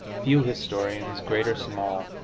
few historians, great or small,